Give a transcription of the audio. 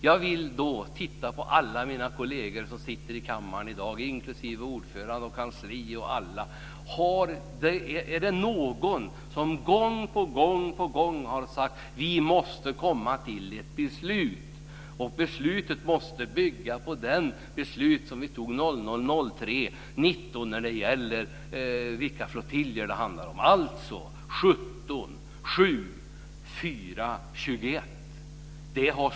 Jag kan då titta på alla mina kolleger som sitter i kammaren i dag, inklusive ordföranden, kansliet och alla andra, och fråga: Finns det någon som gång på gång har sagt att vi måste komma till ett beslut, och att beslutet måste bygga på det beslut som vi fattade den 19 mars 2000 när det gäller vilka flottiljer det ska handla om? Det gäller alltså 17, 7, 4 och 21.